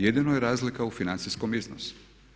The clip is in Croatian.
Jedino je razlika u financijskom iznosu.